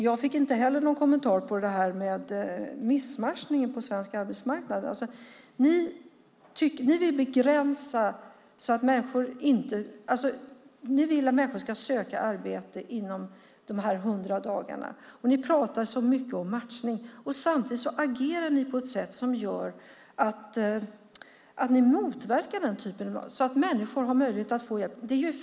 Jag fick ingen kommentar om missmatchningen på svensk arbetsmarknad. Ni vill att människor ska söka arbete inom de hundra dagarna, och ni talar så mycket om matchning. Men samtidigt agerar ni på ett sådant sätt att ni motverkar sådant som gör att människor har möjlighet att få hjälp.